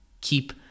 keep